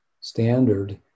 standard